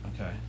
Okay